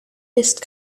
isst